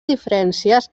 diferències